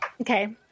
okay